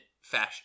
fashion